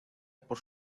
por